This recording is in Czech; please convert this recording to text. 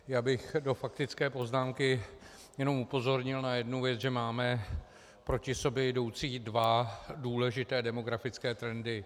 Já bych ve faktické poznámce jenom upozornil na jednu věc, že máme proti sobě jdoucí dva důležité demografické trendy.